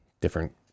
different